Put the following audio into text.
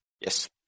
Yes